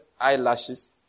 eyelashes